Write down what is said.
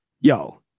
yo